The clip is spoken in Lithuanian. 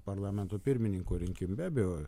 parlamento pirmininko rinkim be abejo